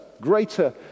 greater